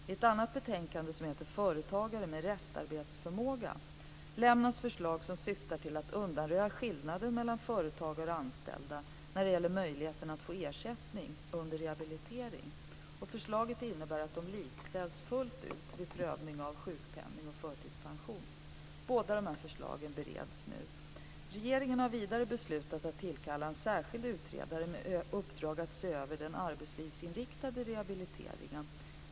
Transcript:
I ett annat betänkande, Företagare med restarbetsförmåga, lämnas förslag som syftar till att undanröja skillnaden mellan företagare och anställda när det gäller möjligheten att få ersättning under rehabilitering. Förslaget innebär att de likställs fullt ut vid prövning av sjukpenning och förtidspension. Båda förslagen bereds nu. Regeringen har vidare beslutat att tillkalla en särskild utredare med uppdrag att se över den arbetslivsinriktade rehabiliteringen .